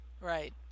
Right